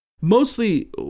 Mostly